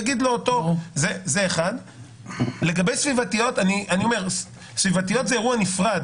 לגבי השפעות סביבתיות סביבתיות זה אירוע נפרד